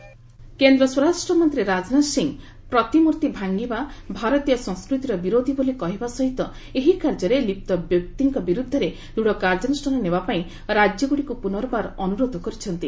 ରାଜନାଥ ଅମ୍ରିତ୍ସର କେନ୍ଦ୍ର ସ୍ୱରାଷ୍ଟ୍ରମନ୍ତ୍ରୀ ରାଜନାଥ ସିଂହ ପ୍ରତିମୂର୍ତ୍ତି ଭାଙ୍ଗିବା ଭାରତୀୟ ସଂସ୍କୃତିର ବିରୋଧି ବୋଲି କହିବା ସହିତ ଏହି କାର୍ଯ୍ୟରେ ଲିପ୍ତ ବ୍ୟକ୍ତିଙ୍କ ବିରୋଧରେ ଦୃଢ଼ କାର୍ଯ୍ୟାନୁଷ୍ଠାନ ନେବାପାଇଁ ରାଜ୍ୟଗୁଡ଼ିକୁ ପୁନର୍ବାର ଅନୁରୋଧ କରିଛନ୍ତି